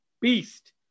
beast